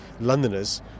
Londoners